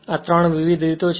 આ 3 વિવિધ રીતો છે